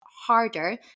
harder